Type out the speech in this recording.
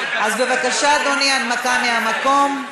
בבקשה, אדוני, הנמקה מהמקום.